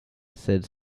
sed